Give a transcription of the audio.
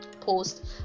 post